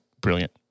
brilliant